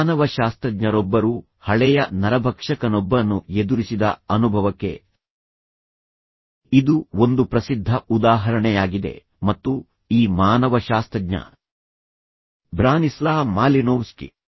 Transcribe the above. ಮಾನವಶಾಸ್ತ್ರಜ್ಞರೊಬ್ಬರು ಹಳೆಯ ನರಭಕ್ಷಕನೊಬ್ಬನನ್ನು ಎದುರಿಸಿದ ಅನುಭವಕ್ಕೆ ಇದು ಒಂದು ಪ್ರಸಿದ್ಧ ಉದಾಹರಣೆಯಾಗಿದೆ ಮತ್ತು ಈ ಮಾನವಶಾಸ್ತ್ರಜ್ಞ ಬ್ರಾನಿಸ್ಲಾ ಮಾಲಿನೋವ್ಸ್ಕಿ